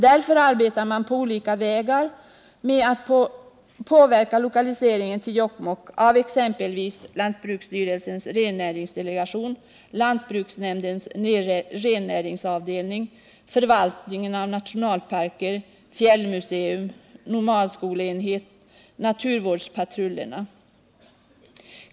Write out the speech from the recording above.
Därför arbetar man på olika vägar med att påverka lokaliseringen till Jokkmokk av exempelvis lantbruksstyrelsens rennäringsdelegation, lantbruksnämndens rennäringsavdelning, förvaltningen av nationalparker, fjällmuseum, nomadskoleenheten och naturvårdspatrullerna.